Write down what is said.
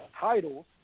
titles